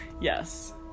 Yes